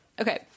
Okay